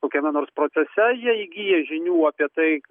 kokiame nors procese jie įgyja žinių apie tai